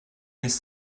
ist